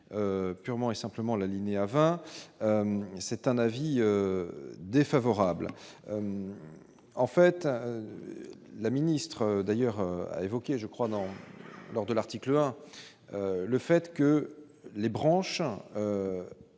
purement et simplement l'alinéa 20. C'est un avis défavorable en fait la ministre d'ailleurs, a évoqué, je crois, non lors de l'article 1 le fait que les branches